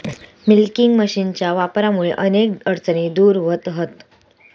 milking मशीनच्या वापरामुळा अनेक अडचणी दूर व्हतहत